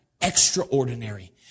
extraordinary